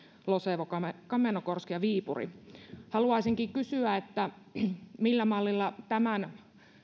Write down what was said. losevo kamennogorsk viipuri haluaisinkin kysyä millä mallilla tämän